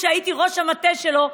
שהייתי ראש המטה שלו,